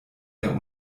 der